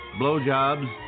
blowjobs